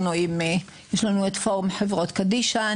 יש לנו את פורום חברות קדישא,